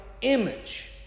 image